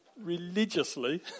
religiously